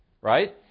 right